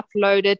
uploaded